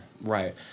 right